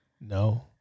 no